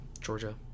Georgia